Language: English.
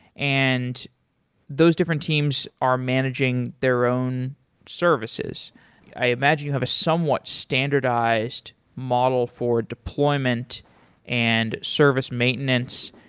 and those different teams are managing their own services i imagine you have a somewhat standardized model for deployment and service maintenance.